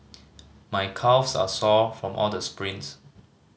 my calves are sore from all the sprints